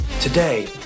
Today